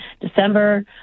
December